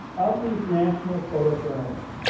of these national photojournalists,